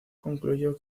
concluyó